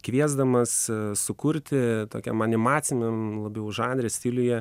kviesdamas sukurti tokiam animaciniam labiau žanre stiliuje